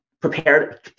prepared